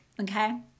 okay